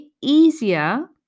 easier